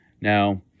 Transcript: Now